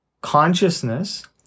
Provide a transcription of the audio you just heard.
consciousness